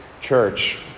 Church